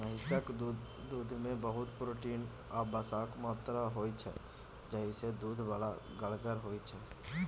महिषक दुधमे बहुत प्रोटीन आ बसाक मात्रा होइ छै जाहिसँ दुध बड़ गढ़गर होइ छै